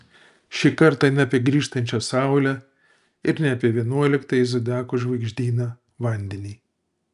šį kartą ne apie grįžtančią saulę ir ne apie vienuoliktąjį zodiako žvaigždyną vandenį